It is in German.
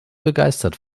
begeistert